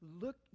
Look